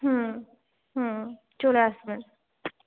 হুম হুম চলে আসবেন